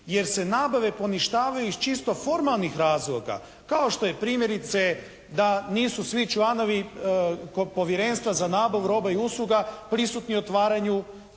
jer se nabave poništavaju iz čisto formalnih razloga kao što je primjerice da nisu svi članovi kod Povjerenstva za nabavu roba i usluga prisutni otvaranju